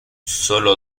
solo